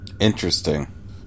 Interesting